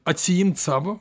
atsiimt savo